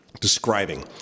describing